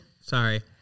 Sorry